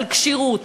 לכשירות,